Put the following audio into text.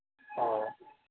اوہ